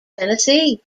tennessee